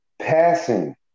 Passing